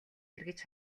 эргэж